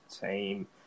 team